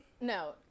No